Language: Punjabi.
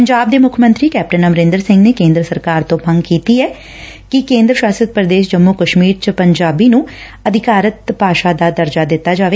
ਪੰਜਾਬ ਦੇ ਮੁੱਖ ਮੰਤਰੀ ਕੈਪਟਨ ਅਮਰੰਦਰ ਸੰਘ ਨੇ ਕੇ'ਦਰ ਸਰਕਾਰ ਤੋ' ਮੰਗ ਕੀਤੀ ਏ ਕਿ ਕੇ'ਦਰੀ ਸ਼ਾਸਤ ਪ੍ਰਦੇਸ਼ ਜੰਮੂ ਕਸ਼ਮੀਰ ਚ ਪੰਜਾਬੀ ਨੂੰ ਅਧਿਕਾਰਤ ਭਾਸ਼ਾ ਦਾ ਦਰਜਾ ਦਿੱਤਾ ਜਾਵੇ